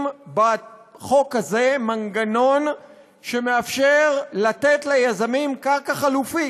בחוק הזה מנגנון שמאפשר לתת ליזמים קרקע חלופית.